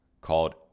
called